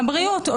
רק מידע קטן.